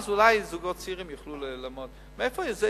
ואז אולי זוגות צעירים יוכלו לעמוד בזה.